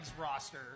roster